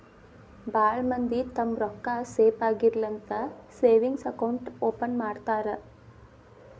ಭಾಳ್ ಮಂದಿ ತಮ್ಮ್ ರೊಕ್ಕಾ ಸೇಫ್ ಆಗಿರ್ಲಿ ಅಂತ ಸೇವಿಂಗ್ಸ್ ಅಕೌಂಟ್ ಓಪನ್ ಮಾಡ್ತಾರಾ